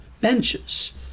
benches